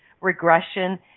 regression